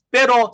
Pero